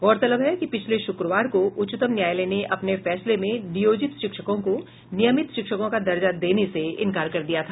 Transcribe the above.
गौरतलब है कि पिछले शुक्रवार को उच्चतम न्यायालय ने अपने फैसले में नियोजित शिक्षकों को नियमित शिक्षकों का दर्जा देने से इंकार कर दिया था